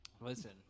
Listen